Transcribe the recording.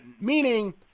meaning